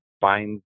find